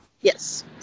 Yes